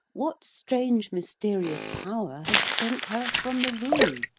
what strange mysterious power has sent her from the room?